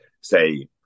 say